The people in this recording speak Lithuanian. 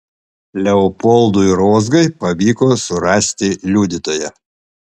leopoldui rozgai pavyko surasti liudytoją